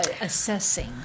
assessing